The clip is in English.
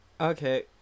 Okay